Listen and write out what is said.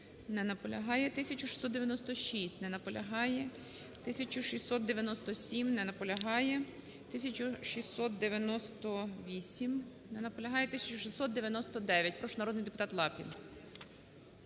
Не наполягає. 1696. Не наполягає. 1697. Не наполягає. 1698. Не наполягає. 1699. Прошу, народний депутат Лапін.